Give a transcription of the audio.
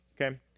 okay